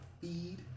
feed